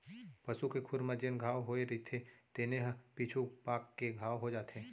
पसू के खुर म जेन घांव होए रइथे तेने ह पीछू पाक के घाव हो जाथे